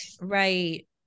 right